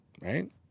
right